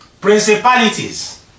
principalities